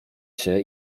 się